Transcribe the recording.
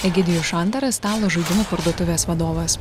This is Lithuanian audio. egidijus šantaras stalo žaidimų parduotuvės vadovas